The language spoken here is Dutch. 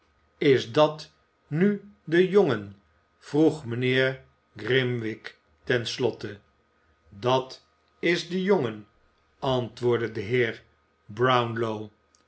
is dat nu de jongen vroeg mijnheer grimwig ten slotte dat is de jongen antwoordde de heer brownlow